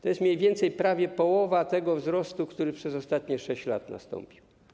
To jest mniej więcej prawie połowa tego wzrostu, który przez ostatnie 6 lat nastąpił.